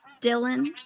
Dylan